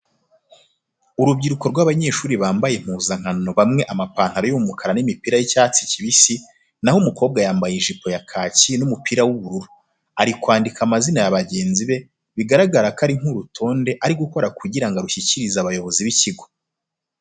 Urubyiruko rw'abanyshuri rwamabye impuzankano bamwe amapantalo y'umukara n'imipira y'icyatsi kibisi, na ho umukobwa yambaye ijipo ya kaki n'umupira w'ubururu, ari kwandika amazina ya bagenzi be, bigaragara ko ari nk'urutonde ari gukora kugira ngo arushyikirize abayobozi b'ikigo.